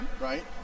right